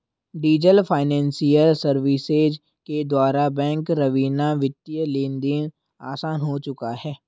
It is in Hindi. डीजल फाइनेंसियल सर्विसेज के द्वारा बैंक रवीना वित्तीय लेनदेन आसान हो चुका है